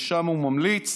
ושם הוא ממליץ